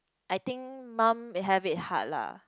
I think mum have it hard lah